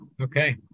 Okay